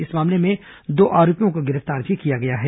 इस मामले में दो आरोपियों को गिरफ्तार किया गया है